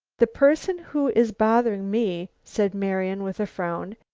the person who is bothering me, said marian with a frown,